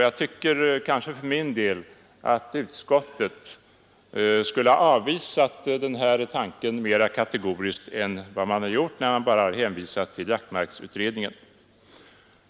Jag tycker för min del att utskottet skulle ha avvisat denna tanke mera kategoriskt än det gjort genom att bara hänvisa till jaktmarksutredningen.